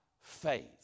faith